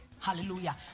hallelujah